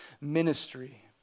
ministry